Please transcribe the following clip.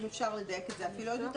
אם אפשר לדייק את זה אפילו עוד יותר.